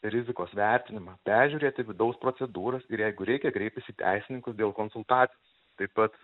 rizikos vertinimą peržiūrėti vidaus procedūras ir jeigu reikia kreiptis į teisininkus dėl konsultacijos taip pat